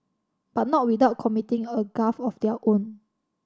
but not without committing a gaffe of their own